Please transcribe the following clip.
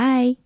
Bye